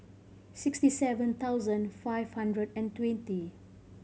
sixty seven thousand five hundred and twenty